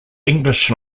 english